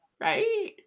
right